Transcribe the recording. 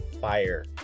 fire